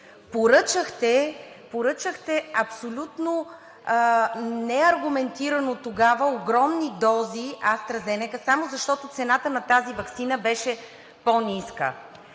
Поръчахте, абсолютно неаргументирано тогава огромни дози AstraZeneca само защото цената на тази ваксина беше по-ниска.